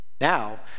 Now